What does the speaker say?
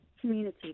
community